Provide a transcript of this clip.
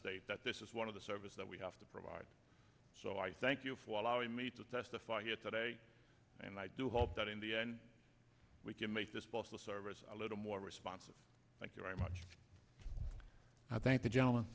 state that this is one of the service that we have to provide so i thank you for allowing me to testify here today and i do hope that in the end we can make this possible service a little more responsive thank you very much i thank the gentleman